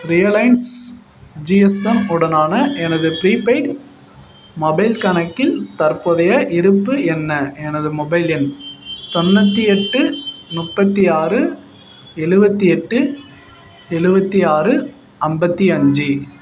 Reliance GSM உடனான எனது prepaid mobile கணக்கில் தற்போதைய இருப்பு என்ன எனது மொபைல் எண் தொண்ணூற்றி எட்டு முப்பத்தி ஆறு எழுவத்தி எட்டு எழுவத்தி ஆறு ஐம்பத்தி அஞ்சு